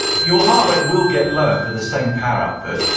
your heart rate will get lower for the same power output,